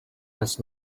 had